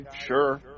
Sure